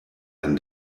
and